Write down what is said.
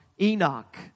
Enoch